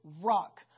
rock